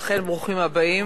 אכן, ברוכים הבאים.